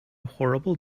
horrible